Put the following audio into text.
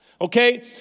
okay